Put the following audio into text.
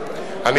זה לא בתקנון,